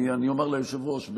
אני אומר ליושב-ראש,